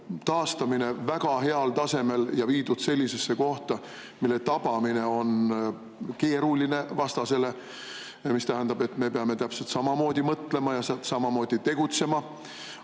taastamine väga heal tasemel ja viidud sellisesse kohta, mille tabamine on vastasele keeruline. See tähendab, et me peame täpselt samamoodi mõtlema ja samamoodi tegutsema. Te